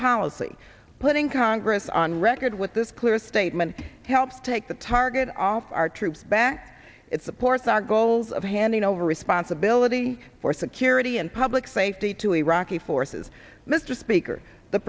policy putting congress on record with this clear statement helps take the target off our troops back it supports our goals of handing over responsibility for security and public safety to iraqi forces mr speaker the